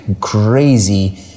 crazy